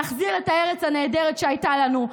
נחזיר את הארץ הנהדרת שהייתה לנו,